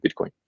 Bitcoin